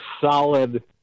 solid